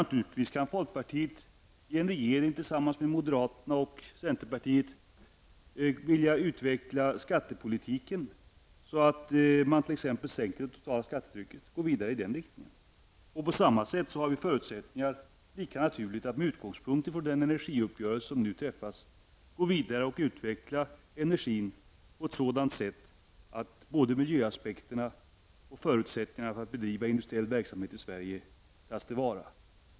Naturligtvis kan folkpartiet i en regering tillsammans med moderaterna och centerpartiet utveckla skattepolitiken så att man t.ex. sänker det totala skattetrycket och går vidare i den riktningen. På samma sätt har vi förutsättningar lika naturligt att med utgångspunkt i den energiuppgörelse som nu träffas gå vidare och utveckla energipolitiken på ett sådant sätt att både miljöaspekterna och förutsättningarna för att bedriva industiell verksamhet i Sverige tas till vara.